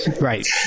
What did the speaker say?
right